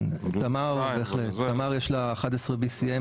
כן תמר בהחלט, לתמר יש BCM 11